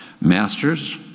Masters